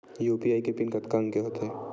UPI के PIN कतका अंक के होथे?